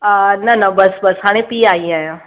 न न बसि बसि हाणे पी आईं आहियां